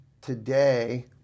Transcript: today